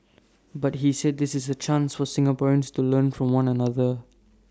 but he said this is A chance for Singaporeans to learn from one another